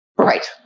Right